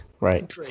Right